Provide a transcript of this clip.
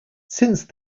since